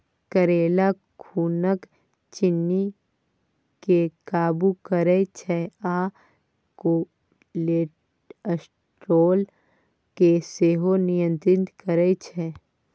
करेला खुनक चिन्नी केँ काबु करय छै आ कोलेस्ट्रोल केँ सेहो नियंत्रित करय छै